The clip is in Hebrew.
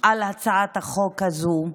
על הצעת החוק הזו,